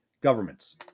governments